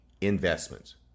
investments